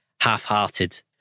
half-hearted